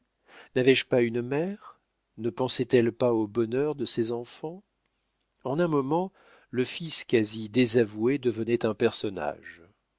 n'avais-je pas une mère ne pensait-elle pas au bonheur de ses enfants en un moment le fils quasi désavoué devenait un personnage